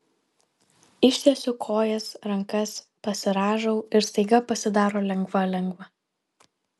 ištiesiu kojas rankas pasirąžau ir staiga pasidaro lengva lengva